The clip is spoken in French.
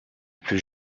plus